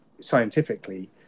scientifically